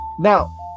Now